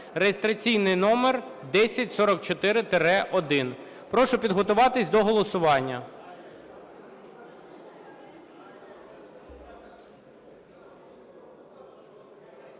(реєстраційний номер 1044-1). Прошу підготуватись до голосування.